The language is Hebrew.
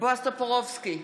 בועז טופורובסקי,